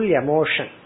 emotion